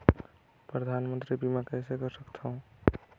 परधानमंतरी बीमा कइसे कर सकथव?